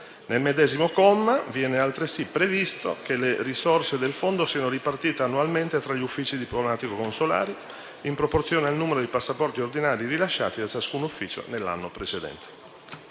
Nel medesimo comma viene altresì previsto che le risorse del fondo siano ripartite annualmente tra gli uffici diplomatico-consolari in proporzione al numero di passaporti ordinari rilasciati da ciascun ufficio nell'anno precedente.